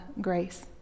grace